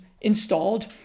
installed